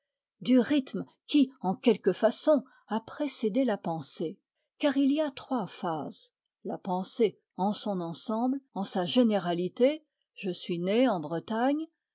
du rythme qui en quelque façon a précédé la pensée car il y a trois phases la pensée en son ensemble en sa généralité je suis né en bretagne